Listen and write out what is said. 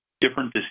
different